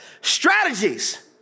Strategies